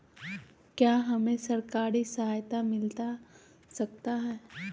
क्या हमे सरकारी सहायता मिलता सकता है?